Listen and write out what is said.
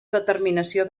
determinació